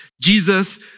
Jesus